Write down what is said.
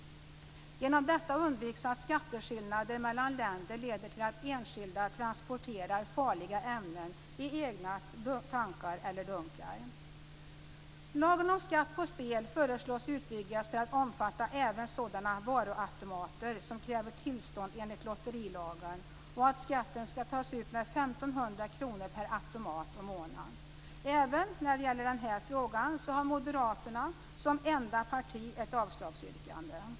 Genom detta undviks att skatteskillnader mellan länder leder till att enskilda transporterar farliga ämnen i egna tankar, dunkar m.m. Vidare föreslås att lagen om skatt på spel utvidgas till att omfatta även sådana varuautomater som kräver tillstånd enligt lotterilagen och att skatten tas ut med 1 500 kr per automat och månad. Även när det gäller denna fråga har Moderaterna som enda parti ett avslagsyrkande.